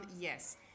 Yes